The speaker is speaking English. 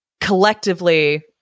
collectively